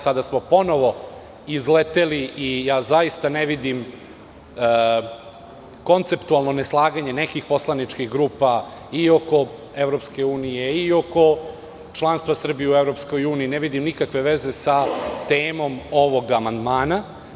Sada smo ponovo izleteli i zaista ne vidim konceptualno neslaganje nekih poslaničkih grupa i oko EU i oko članstva Srbije u EU, ne vidim nikakve veze sa temom ovog amandmana.